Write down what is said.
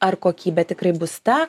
ar kokybė tikrai bus ta